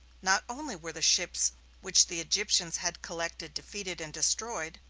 not only were the ships which the egyptians had collected defeated and destroyed,